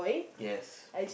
yes